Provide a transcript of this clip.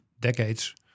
decades